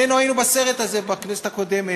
שנינו היינו בסרט הזה בכנסת הקודמת,